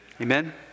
Amen